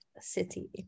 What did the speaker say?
City